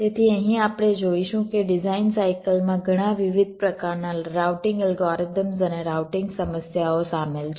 તેથી અહીં આપણે જોઈશું કે ડિઝાઇન સાઇકલમાં ઘણા વિવિધ પ્રકારના રાઉટિંગ અલ્ગોરિધમ્સ અને રાઉટિંગ સમસ્યાઓ સામેલ છે